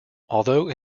although